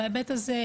בהיבט הזה,